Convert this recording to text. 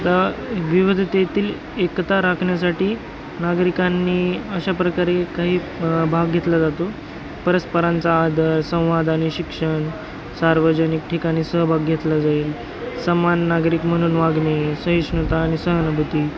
तर विविधतेतील एकता राखण्यासाठी नागरिकांनी अशा प्रकारे काही भाग घेतला जातो परस्परांचा आदर संवाद आणि शिक्षण सार्वजनिक ठिकाणी सहभाग घेतला जाईल समान नागरिक म्हणून वागणे सहिष्णुता आणि सहानुभूती